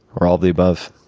or all of the above.